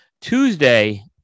Tuesday